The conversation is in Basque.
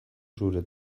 zure